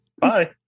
Bye